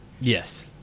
yes